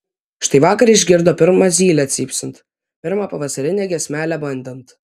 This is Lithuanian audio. štai vakar išgirdo pirmą zylę cypsint pirmą pavasarinę giesmelę bandant